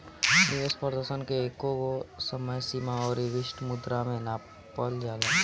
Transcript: निवेश प्रदर्शन के एकगो समय सीमा अउरी विशिष्ट मुद्रा में मापल जाला